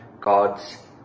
God's